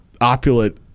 opulent